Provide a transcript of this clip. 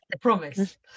promise